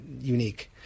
unique